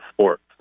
sports